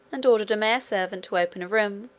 and ordered a mare-servant to open a room,